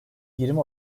yirmi